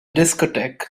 discotheque